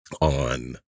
on